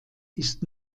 ist